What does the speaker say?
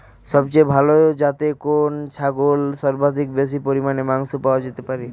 সবচেয়ে ভালো যাতে কোন ছাগল থেকে সর্বাধিক বেশি পরিমাণে মাংস পাওয়া যেতে পারে?